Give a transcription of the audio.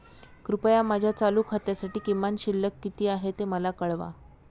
कृपया माझ्या चालू खात्यासाठी किमान शिल्लक किती आहे ते मला कळवा